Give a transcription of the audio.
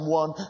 one